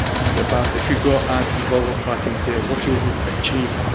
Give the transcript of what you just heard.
it's about if you go and involve in fighting there, what you would achieve,